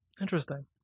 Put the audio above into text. Interesting